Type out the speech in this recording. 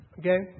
okay